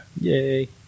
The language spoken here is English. Yay